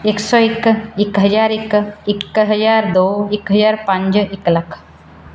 ਇੱਕ ਸੌ ਇੱਕ ਇੱਕ ਹਜ਼ਾਰ ਇੱਕ ਇੱਕ ਹਜ਼ਾਰ ਦੋ ਇੱਕ ਹਜ਼ਾਰ ਪੰਜ ਇੱਕ ਲੱਖ